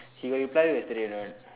he got reply you yesterday or not